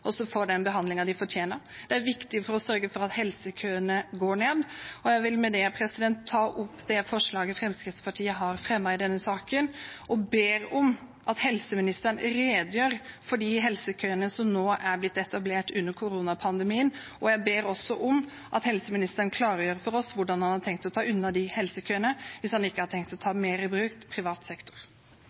også får den behandlingen de fortjener. Det er viktig for å sørge for at helsekøene går ned. Jeg vil med det ta opp forslaget fra Fremskrittspartiet i denne saken og be om at helseministeren redegjør for de helsekøene som nå er blitt etablert under koronapandemien. Jeg ber også om at helseministeren klargjør for oss hvordan han har tenkt å ta unna de helsekøene, hvis han ikke har tenkt å ta privat sektor mer i bruk.